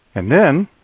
and then